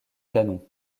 canons